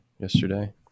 yesterday